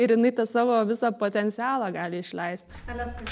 ir jinai tą savo visą potencialą gali išleist aliaska